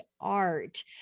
art